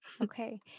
Okay